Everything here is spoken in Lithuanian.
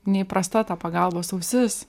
neįprasta ta pagalbos ausis